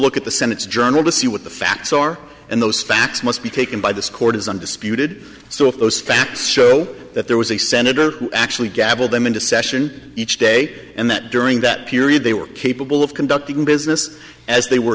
look at the senate's journal to see what the facts are and those facts must be taken by this court is undisputed so if those facts show that there was a senator actually gavel them into session each day and that during that period they were capable of conducting business as they were